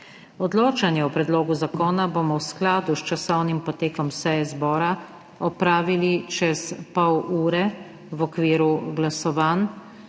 Odločanje o predlogu zakona bomo v skladu s časovnim potekom seje zbora opravili čez pol ure, v okviru glasovanj.